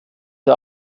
der